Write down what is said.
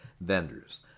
vendors